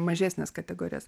mažesnės kategorijos